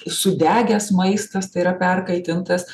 sudegęs maistas tai yra perkaitintas